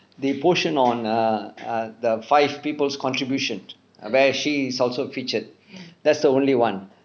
the portion on err err the five people's contributions where she is also featured that's the only one